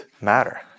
matter